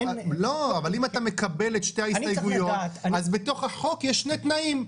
אבל אם אתה מקבל את שתי ההסתייגויות אז בתוך החוק יש שני תנאים.